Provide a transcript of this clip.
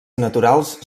naturals